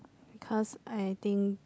because I think